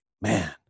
man